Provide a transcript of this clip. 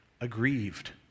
aggrieved